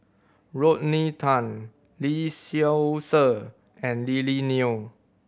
Rodney Tan Lee Seow Ser and Lily Neo